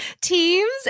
teams